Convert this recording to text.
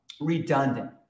redundant